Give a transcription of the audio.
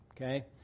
Okay